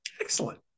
Excellent